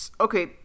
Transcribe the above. Okay